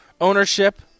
ownership